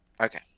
okay